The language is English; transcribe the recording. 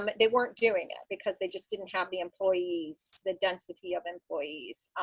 um they weren't doing it because they just didn't have the employees the density of employees.